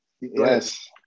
yes